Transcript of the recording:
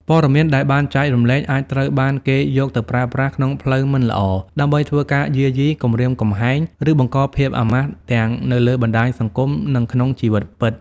ព័ត៌មានដែលបានចែករំលែកអាចត្រូវបានគេយកទៅប្រើប្រាស់ក្នុងផ្លូវមិនល្អ ដើម្បីធ្វើការយាយី គំរាមកំហែង ឬបង្កភាពអាម៉ាស់ទាំងនៅលើបណ្តាញសង្គម និងក្នុងជីវិតពិត។